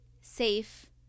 safe